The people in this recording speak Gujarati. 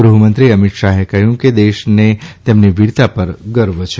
ગૃહમંત્રી અમિત શાહે કહ્યું કે દેશને તેમની વીરતા પર ગર્વ છે